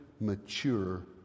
mature